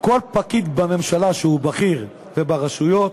כל פקיד בממשלה שהוא בכיר, וברשויות,